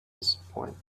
disappointed